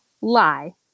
lie